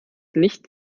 nicht